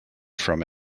from